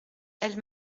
elle